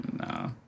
nah